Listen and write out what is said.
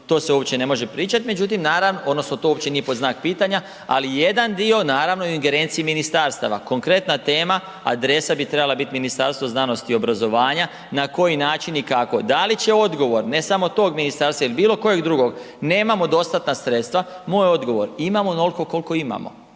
to se uopće ne može pričat, međutim odnosno to uopće nije pod znak pitanja, ali jedan dio naravno je u ingerenciji ministarstava. Konkretna tema adresa bi trebala biti Ministarstvo znanosti i obrazovanja, na koji način i kako, da li će odgovor ne samo tog ministarstva ili bilo kojeg drugog nemamo dostatna sredstva, moj odgovor imamo onoliko koliko